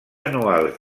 anuals